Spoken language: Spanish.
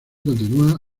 continua